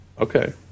Okay